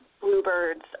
bluebirds